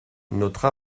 notre